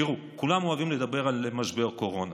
תראו, כולם אוהבים לדבר על משבר הקורונה.